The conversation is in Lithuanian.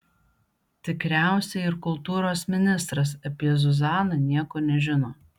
tikriausiai ir kultūros ministras apie zuzaną nieko nežino